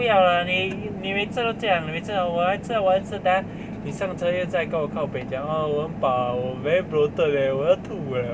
不要啦你你每次都这样每次都我来吃啦我来吃等一下你上车又再跟我 kao peh 讲 oh 我很饱 very bloated leh 我要吐了